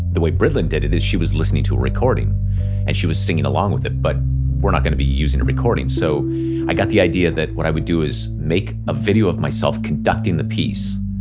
the way britlin did it was she was listening to a recording and she was singing along with it. but we're not going to be using a recording so i got the idea that what i would do is make a video of myself conducting the piece,